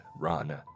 run